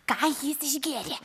ką jis išgėrė